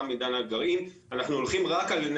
תם עידן הגרעין,